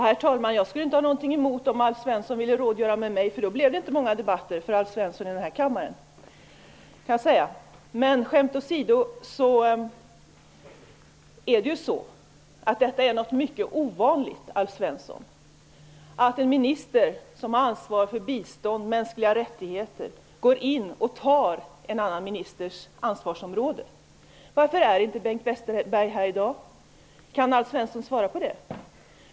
Herr talman! Jag skulle inte ha någonting emot om Alf Svensson ville rådgöra med mig. Då blev det nämligen inte många debatter för Alf Svensson i denna kammare. Det kan jag säga. Skämt å sido är det mycket ovanligt, Alf Svensson, att en minister som har ansvar för bistånd och mänskliga rättigheter går in på en annan ministers ansvarsområde. Varför är inte Bengt Westerberg här i dag? Kan Alf Svensson svara på det?